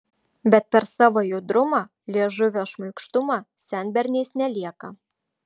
bet per savo judrumą liežuvio šmaikštumą senberniais nelieka